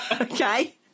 Okay